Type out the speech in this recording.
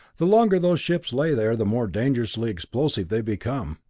the longer those ships lay there the more dangerously explosive they became.